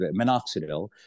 Minoxidil